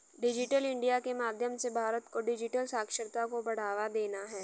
digital India के माध्यम से भारत को डिजिटल साक्षरता को बढ़ावा देना है